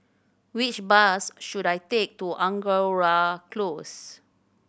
which bus should I take to Angora Close